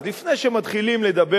אז לפני שמתחילים לדבר,